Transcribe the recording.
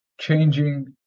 changing